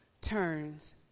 turns